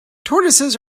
tortoises